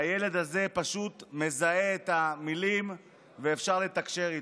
והילד הזה פשוט מזהה את המילים ואפשר לתקשר איתו.